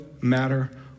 matter